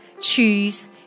choose